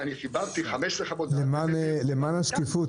וחיברתי 15 חוות דעת --- למען השקיפות,